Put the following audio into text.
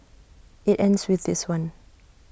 IT ends with this one